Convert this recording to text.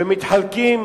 ומתחלקים